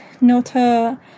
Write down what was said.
Nota